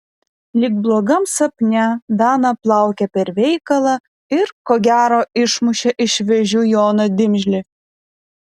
lyg blogam sapne dana plaukė per veikalą ir ko gero išmušė iš vėžių joną dimžlį